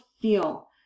feel